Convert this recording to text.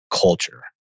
culture